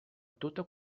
tota